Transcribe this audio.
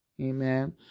Amen